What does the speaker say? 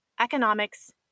economics